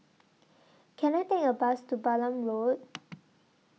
Can I Take A Bus to Balam Road